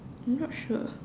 I'm not sure